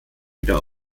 wieder